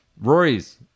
Rory's